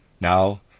now